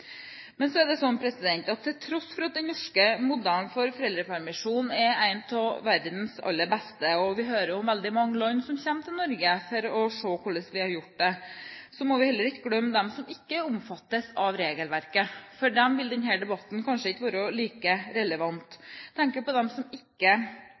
Men til tross for at den norske modellen for foreldrepermisjon er en av verdens aller beste, og at vi hører om veldig mange land som kommer til Norge for å se hvordan vi har gjort det, må vi heller ikke glemme dem som ikke omfattes av regelverket. For dem vil denne debatten kanskje ikke være like